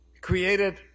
Created